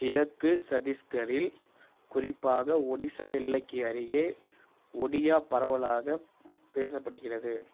கிழக்கு சத்தீஸ்கரில் குறிப்பாக ஒடிசா எல்லைக்கு அருகே ஒடியா பரவலாகப் பேசப்படுகிறது